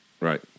Right